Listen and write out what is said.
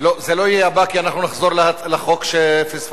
זה לא יהיה הבא, כי אנחנו נחזור לחוק שפספסנו.